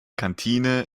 kantine